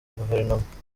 guverinoma